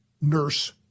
nurse